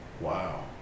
Wow